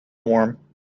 warm